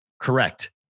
Correct